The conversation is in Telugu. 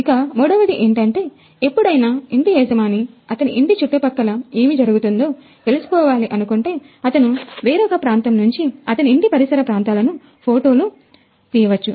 ఇక మూడవది ఏమిటంటే ఎప్పుడైనా ఇంటి యజమాని అతని ఇంటి చుట్టుపక్కల ఏమి జరుగుతుందో తెలుసుకోవాలి అనుకుంటే అతను వేరొక ప్రాంతం నుంచి అతని ఇంటి పరిసర ప్రాంతాలను ఫోటోలు తీయవచ్చు